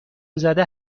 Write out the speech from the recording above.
زده